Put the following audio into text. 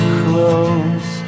close